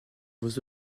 vos